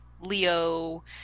Leo